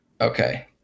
Okay